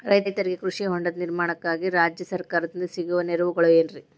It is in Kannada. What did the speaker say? ರೈತರಿಗೆ ಕೃಷಿ ಹೊಂಡದ ನಿರ್ಮಾಣಕ್ಕಾಗಿ ರಾಜ್ಯ ಸರ್ಕಾರದಿಂದ ಸಿಗುವ ನೆರವುಗಳೇನ್ರಿ?